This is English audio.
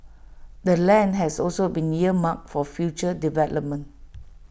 the land has also been earmarked for future development